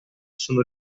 sono